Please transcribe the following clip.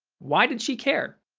why did she care?